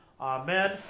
amen